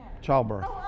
Childbirth